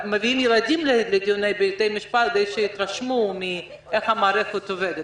מביאים גם ילדים לדיונים בבתי משפט כדי שיתרשמו איך המערכת עובדת.